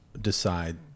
decide